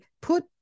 put